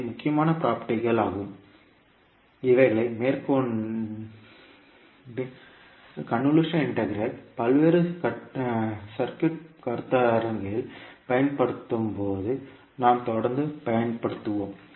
இவை முக்கியமான பிராப்பர்டிகள் ஆகும் இவைகளை மேற்கொண்டு கன்வொல்யூஷன் இன்டக்ரல் பல்வேறு சுற்று கருத்தாக்கங்களில் பயன்படுத்தும் போது நாம் தொடர்ந்து பயன்படுத்துவோம்